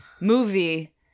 movie